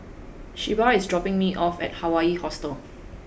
Shelba is dropping me off at Hawaii Hostel